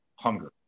hunger